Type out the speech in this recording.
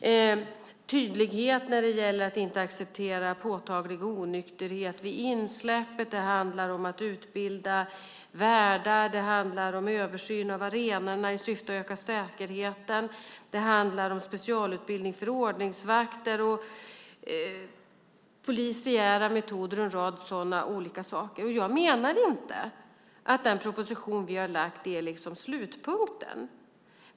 Det handlar om tydlighet när det gäller att inte acceptera påtaglig onykterhet vid insläpp. Det handlar om att utbilda värdar. Det handlar om översyn av arenorna i syfte att öka säkerheten, om specialutbildning för ordningsvakter, polisiära metoder och en rad olika åtgärder. Jag menar inte att den proposition som vi har lagt fram är slutpunkten.